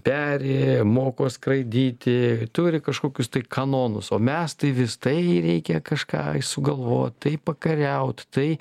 peri moko skraidyti turi kažkokius tai kanonus o mes tai vis tai reikia kažką sugalvot tai pakariaut tai